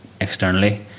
externally